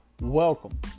welcome